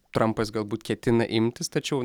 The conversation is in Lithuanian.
trampas galbūt ketina imtis tačiau